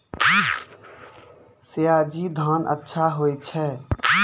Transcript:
सयाजी धान अच्छा होय छै?